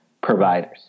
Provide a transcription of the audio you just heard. providers